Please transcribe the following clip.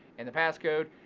and the pass code.